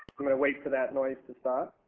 going to wait for that noise to stop.